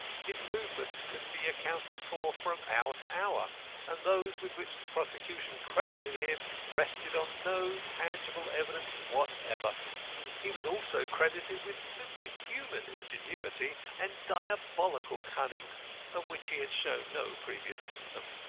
his movements could be accounted for from hour to hour and those with which the prosecution credited him rested on no tangible evidence whatever. he was also credited with superhuman ingenuity and diabolical cunning of which he had shown no previous symptom.